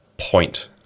point